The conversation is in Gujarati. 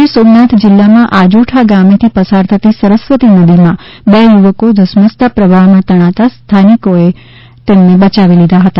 ગીર સોમનાથ જિલ્લામાં આજોઠા ગામેથી પસાર થતી સરસ્વતી નદીમાં બે યુવકો ધસમસતા પ્રવાહમાં તણાતા સ્થાનિકો લોકો એ બંને ને બયાવી લીધા હતા